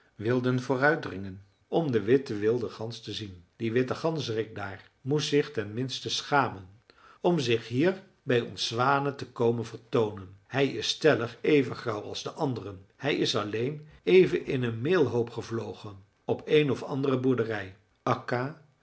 wilden vooruitdringen om de witte wilde gans te zien die witte ganzerik daar moest zich ten minste schamen om zich hier bij ons zwanen te komen vertoonen hij is stellig even grauw als de anderen hij is alleen even in een meelhoop gevlogen op een of andere boerderij akka